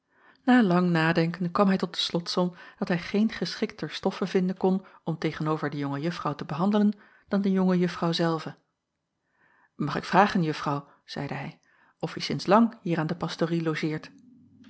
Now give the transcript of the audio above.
lang nadenken kwam hij tot de slotsom dat hij geen geschikter stoffe vinden kon om tegen-over de jonge juffrouw te behandelen dan de jonge juffrouw zelve mag ik vragen juffrouw zeide hij of je sinds lang hier aan de pastorie logeert